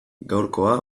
gaurkoa